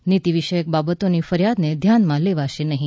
નીતિ વિષયક બાબતોની ફરિયાદો ધ્યાને લેવાશે નહીં